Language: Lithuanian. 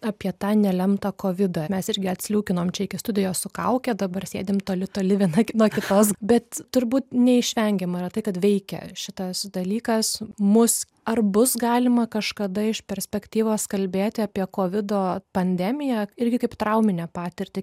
apie tą nelemtą kovidą mes irgi atsliūkinom čia iki studijos su kauke dabar sėdim toli toli viena nuo kitos bet turbūt neišvengiama tai kad veikia šitas dalykas mus ar bus galima kažkada iš perspektyvos kalbėti apie kovido pandemiją irgi kaip trauminę patirtį